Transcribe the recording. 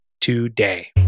today